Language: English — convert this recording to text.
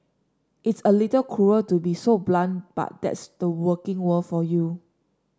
it's a little cruel to be so blunt but that's the working world for you